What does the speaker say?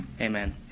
Amen